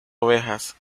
orejas